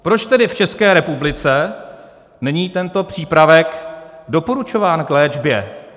Proč tedy v České republice není tento přípravek doporučován k léčbě?